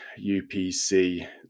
UPC